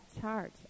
charge